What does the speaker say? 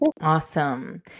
Awesome